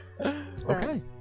Okay